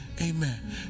Amen